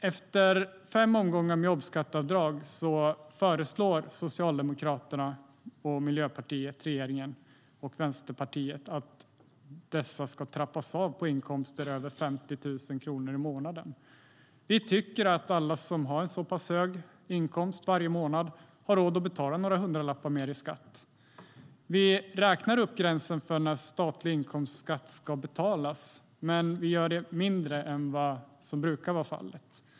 Efter fem omgångar med jobbskatteavdrag föreslår regeringen, alltså Socialdemokraterna och Miljöpartiet, samt Vänsterpartiet att dessa ska trappas av på inkomster över 50 000 kronor i månaden. Vi tycker att alla som varje månad har en så pass hög inkomst har råd att betala några hundralappar mer i skatt. Vi räknar upp gränsen för när statlig inkomstskatt ska betalas men mindre än vad som brukar vara fallet.